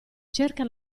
cerca